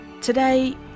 Today